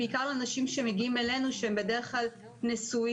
בעיקר לאנשים שמגיעים אלינו שהם בדרך כלל נשואים,